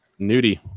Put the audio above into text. nudie